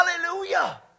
Hallelujah